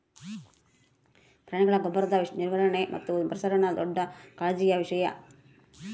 ಪ್ರಾಣಿಗಳ ಗೊಬ್ಬರದ ನಿರ್ವಹಣೆ ಮತ್ತು ಪ್ರಸರಣ ದೊಡ್ಡ ಕಾಳಜಿಯ ವಿಷಯ